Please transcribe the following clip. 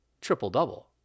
triple-double